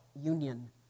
union